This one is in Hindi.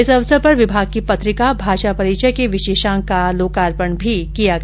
इस अवसर पर विमाग की पत्रिका भाषा परिचय के विशेषांक का लोकार्पण भी किया गया